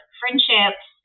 friendships